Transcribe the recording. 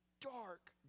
dark